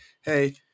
hey –